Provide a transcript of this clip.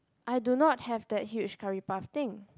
I do not have that huge curry puff thing